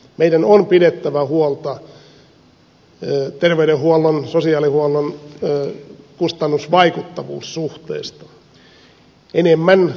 meidän on pidettävä huolta terveydenhuollon sosiaalihuollon kustannusvaikuttavuus suhteesta enemmän terveyshyötyjä